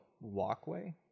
walkway